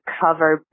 cover